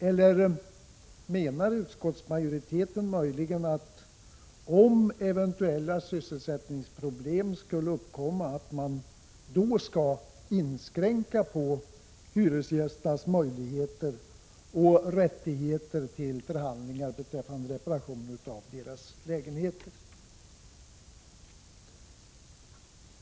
Eller menar utskottsmajoriteten möjligen att man, om eventuella sysselsättningsproblem skulle uppkomma, skall inskränka på hyresgästernas möjligheter och rättigheter till förhandlingar beträffande reparation av deras lägenheter?